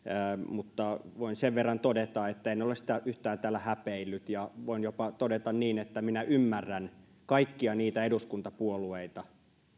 mutta voin sen verran todeta että en ole sitä yhtään täällä häpeillyt ja voin jopa todeta että minä ymmärrän kaikkia niitä eduskuntapuolueita